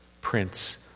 Prince